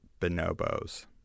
bonobos